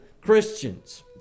Christians